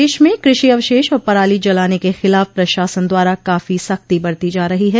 प्रदेश में कृषि अवशेष और पराली जलाने के खिलाफ प्रशासन द्वारा काफी सख्ती बरती जा रही है